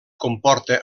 comporta